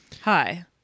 Hi